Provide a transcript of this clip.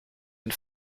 une